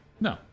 No